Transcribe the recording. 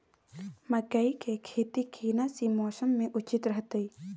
मकई के खेती केना सी मौसम मे उचित रहतय?